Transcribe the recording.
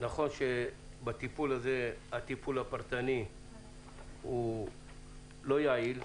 נכון שהטיפול הפרטני הוא לא יעיל,